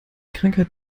krankheit